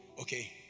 okay